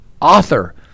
author